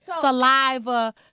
saliva